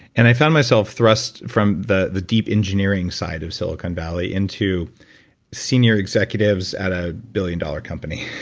and i found myself thrust from the the deep engineering side of silicon valley into senior executives at a billion-dollar company.